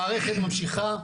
המערכת ממשיכה,